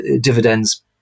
dividends